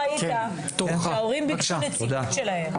אתה לא היית כשההורים ביקשו נציגות שלהם.